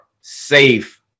safe